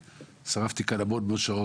ו'שרפתי' כאן המון-המון שעות,